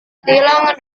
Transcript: kehilangan